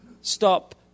stop